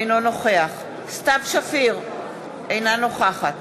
אינו נוכח סתיו שפיר, אינה נוכחת